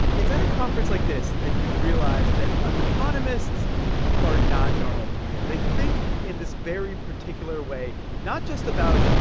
it's at a conference like this that you realize that economists are not normal people. they think in this very particular way, not just about,